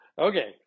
Okay